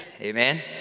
amen